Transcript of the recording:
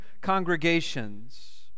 congregations